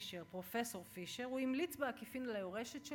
פרופסור פישר הוא המליץ בעקיפין על היורשת שלו.